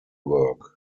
work